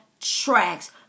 tracks